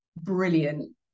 brilliant